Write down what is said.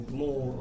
more